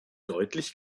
deutlich